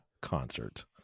concert